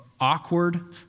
awkward